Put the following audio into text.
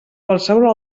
qualsevol